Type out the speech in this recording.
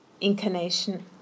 incarnation